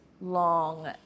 long